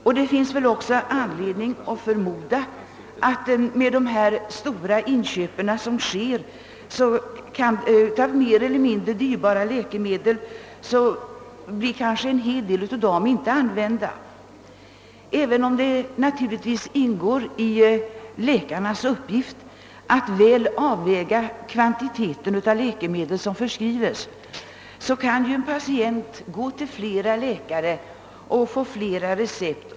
Med, de stora inköp av ofta dyra läkemedel. :som nu sker finns-det också anledning förmoda att en hel del av läkemedlen inte blir använda. Även om det naturligtvis ingår i läkarnas uppgifter att väl. avväga den kvantitet av läkemedel som förskrives, kan ju en patient gå till flera läkare och få flera recept.